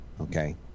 Okay